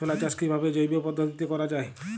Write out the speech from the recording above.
ছোলা চাষ কিভাবে জৈব পদ্ধতিতে করা যায়?